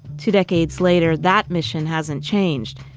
two decades later, that mission hasn't changed,